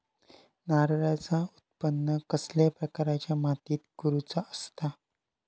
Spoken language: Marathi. नारळाचा उत्त्पन कसल्या प्रकारच्या मातीत करूचा असता?